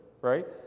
right